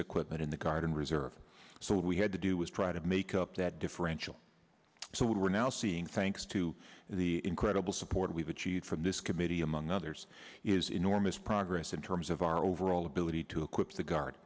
equipment in the guard and reserve so we had to do was try to make up that differential so what we're now seeing thanks to the incredible support we've achieved from this committee among others is enormous progress in terms of our overall ability to equip the guard